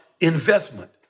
investment